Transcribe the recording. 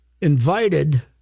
invited